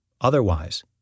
Otherwise